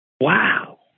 Wow